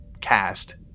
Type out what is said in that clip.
cast